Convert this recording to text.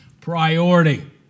priority